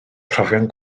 profion